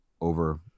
over